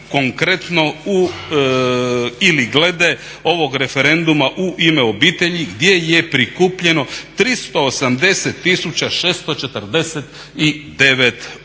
konkretno glede ovog referenduma "U ime obitelji" gdje je prikupljeno 380 tisuća